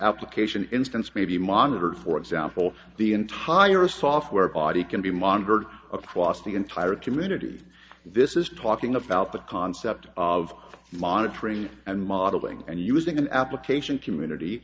application instance may be monitored for example the entire software body can be monitored across the entire community this is talking about the concept of monitoring and modeling and using an application